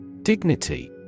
Dignity